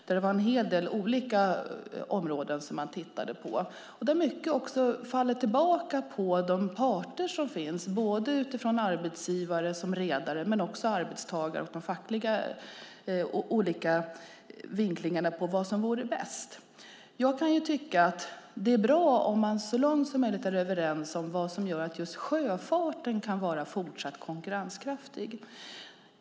Det var en hel del områden han tittade på, där mycket faller tillbaka på de parter som finns - både utifrån arbetsgivare, som redare, och utifrån arbetstagare och de olika fackliga vinklingarna på vad som vore bäst. Jag kan tycka att det är bra om man så långt som möjligt är överens om vad som gör att just sjöfarten kan vara fortsatt konkurrenskraftig.